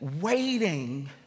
waiting